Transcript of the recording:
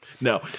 No